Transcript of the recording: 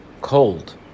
cold